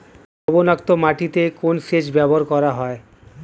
লবণাক্ত মাটিতে কোন সেচ ব্যবহার করা হয়?